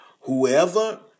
Whoever